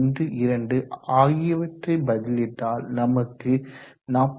12 ஆகியவற்றை பதிலிட்டால் மதிப்பு 45